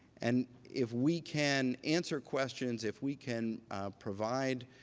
and if we can answer questions, if we can provide